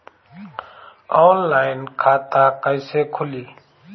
Online खाता कईसे खुलि?